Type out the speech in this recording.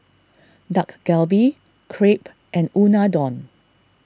Dak Galbi Crepe and Unadon